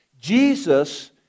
Jesus